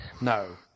No